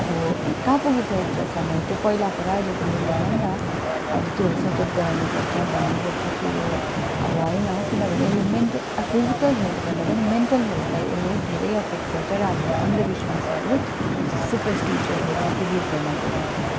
अब कहाँ पुगिसकेको छ समय त्यो पहिलाको र अहिलेको मिल्दैन नि त अब त्योहरू सचेत गराउनुपर्छ भन्नुपर्छ कि यो अब होइन किनभने यसले मेन्टल फिजिकल हेल्थभन्दा पनि मेन्टल हेल्थलाई यसले धेरै अफेक्ट गर्छ र हामीले अन्धविस्वासहरू त्यस्तो सुपरस्टिससहरू बिलिभ गर्नु हुँदैन